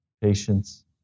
patience